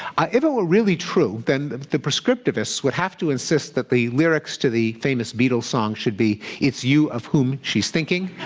if it were really true, then the the prescriptivists would have to insist that the lyrics to the famous beatles song should be, it's you of whom she's thinking.